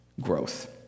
growth